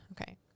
Okay